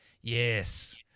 Yes